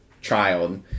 child